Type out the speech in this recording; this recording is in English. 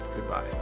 Goodbye